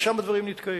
ושם הדברים נתקעים.